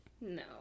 No